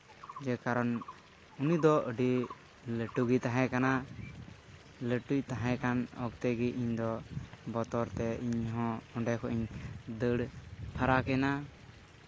ᱡᱮ ᱠᱟᱨᱚᱱ ᱩᱱᱤ ᱫᱚ ᱟᱹᱰᱤ ᱞᱟᱹᱴᱩᱜᱮ ᱛᱟᱦᱮᱸ ᱠᱟᱱᱟ ᱞᱟᱹᱴᱩᱭ ᱛᱟᱦᱮᱸ ᱠᱟᱱ ᱚᱠᱛᱮ ᱜᱮ ᱤᱧᱫᱚ ᱵᱚᱛᱚᱨ ᱛᱮ ᱤᱧ ᱦᱚᱸ ᱚᱸᱰᱮ ᱠᱷᱚᱡ ᱤᱧ ᱫᱟᱹᱲ ᱯᱷᱟᱨᱟᱠᱮᱱᱟ